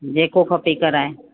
जेको खपे कराए